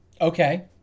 Okay